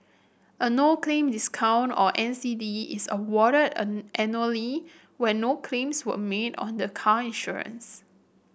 a no claim discount or N C D is awarded a annually when no claims were made on the car insurance